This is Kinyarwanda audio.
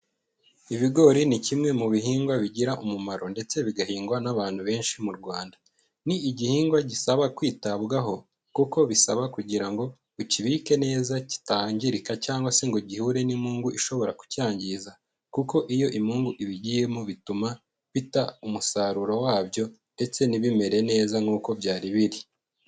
Ibigori ni kimwe mu bihingwa bigira umumaro ndetse bigahingwa n'abantu benshi mu Rwanda, ni igihingwa gisaba kwitabwaho kuko bisaba kugira ngo ukibike neza kitangirika cyangwa se ngo gihure n'impungu ishobora kucyangiza, kuko iyo impungu ibigiyemo bituma bita umusaruro wabyo ndetse ntibimere neza nkuko byari biri.